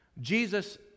Jesus